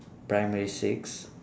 primary six